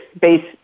base